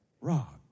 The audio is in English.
rock